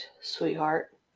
sweetheart